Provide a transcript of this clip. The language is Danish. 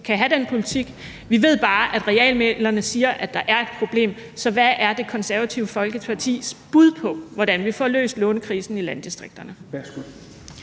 kan have den politik. Vi ved bare, at RealMæglerne siger, at der er et problem. Så hvad er Det Konservative Folkepartis bud på, hvordan vi får løst lånekrisen i landdistrikterne?